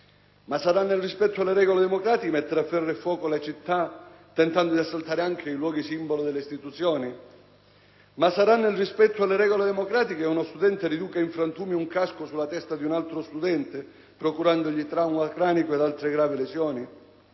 Ma sarà nel rispetto delle regole democratiche mettere a ferro e fuoco le città, tentando di assaltare anche i luoghi simbolo delle istituzioni? Ma sarà nel rispetto delle regole democratiche che uno studente riduca in frantumi un casco sulla testa di un altro studente, procurandogli trauma cranico ed altre gravi lesioni?